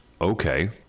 Okay